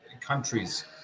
countries